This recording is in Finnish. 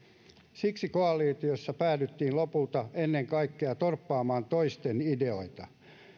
siksi koalitiossa päädyttiin lopulta ennen kaikkea torppaamaan toisten ideoita